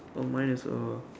oh mine is uh